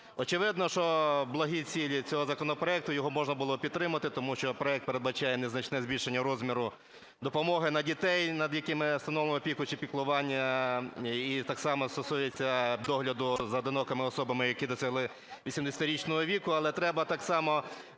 Очевидно, що благі цілі цього законопроекту, його можна було підтримати, тому що проект передбачає незначне збільшення розміру допомоги на дітей, над якими встановлено опіку чи піклування. І так само стосується догляду за одинокими особами, які досягли 80-річного віку. Але треба так само